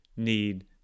need